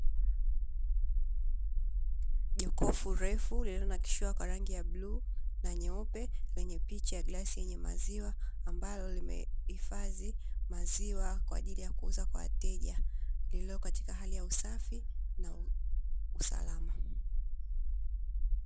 Kikopo kirefu kilicho na kishiko kwa rangi ya blue na nyeupe, lenye picha ya glasi yenye maziwa ambalo limehifadhi maziwa kwa ajili ya kuuza kwa wateja, lililo katika hali ya usafi na usalama